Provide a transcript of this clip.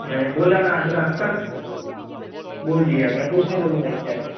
میں نے بولا نا آج رات تک بول دیا میں کچھ نہیں بولوں گا اس سے آگے